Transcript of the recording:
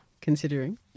considering